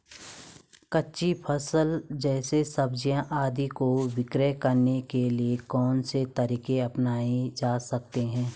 कच्ची फसल जैसे सब्जियाँ आदि को विक्रय करने के लिये कौन से तरीके अपनायें जा सकते हैं?